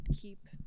keep